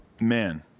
Man